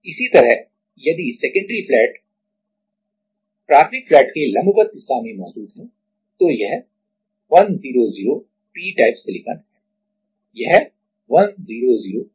इसी तरह यदि सेकेंडरी फ्लैट फ्लैट प्राथमिक फ्लैट के लंबवत दिशा में मौजूद है तो यह 100 p टाइप सिलिकॉन है यह 100 पी टाइप है